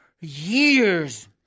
years